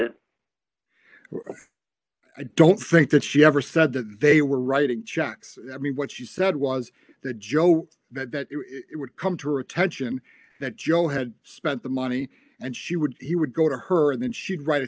it i don't think that she ever said that they were writing checks i mean what she said was that joe that it would come to her attention that joe had spent the money and she would he would go to her and then she'd write a